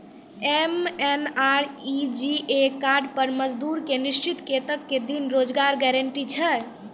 MNREGA card पर मजदुर के निश्चित कत्तेक दिन के रोजगार गारंटी छै?